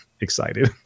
Excited